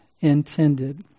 intended